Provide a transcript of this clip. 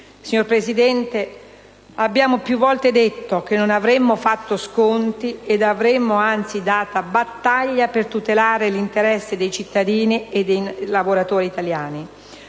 Signor Presidente, abbiamo più volte detto che non avremmo fatto sconti ed avremmo anzi dato battaglia per tutelare l'interesse dei cittadini e dei lavoratori italiani.